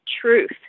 truth